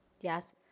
Yes